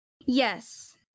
Yes